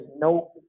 no